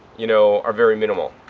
you know, are very minimal.